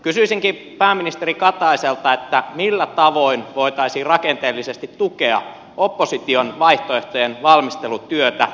kysyisinkin pääministeri kataiselta millä tavoin voitaisiin rakenteellisesti tukea opposition vaihtoehtojen valmistelutyötä